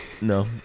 No